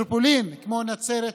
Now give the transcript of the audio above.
מטרופולין כמו נצרת,